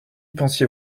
pensiez